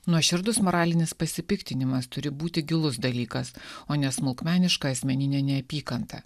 nuoširdus moralinis pasipiktinimas turi būti gilus dalykas o nesmulkmeniška asmeninė neapykanta